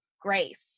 grace